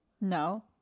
No